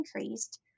increased